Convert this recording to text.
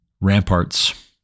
ramparts